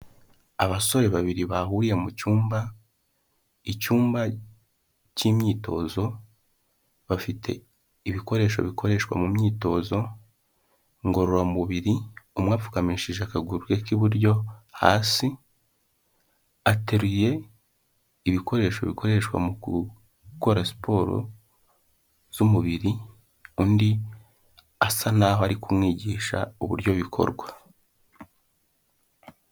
Abasore babiri bahuriye mu cyumba, icyumba cy'imyitozo bafite ibikoresho bikoreshwa mu myitozo ngororamubiri, umwe apfukamishije akaguru ke k'iburyo hasi, ateruye ibikoresho bikoreshwa mu gukora siporo z'umubiri, undi asa nk'aho ari kumwigisha uburyo bikorwa.